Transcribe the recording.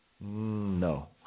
no